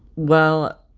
well,